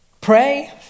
Pray